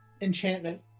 Enchantment